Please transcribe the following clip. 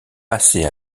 passés